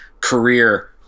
career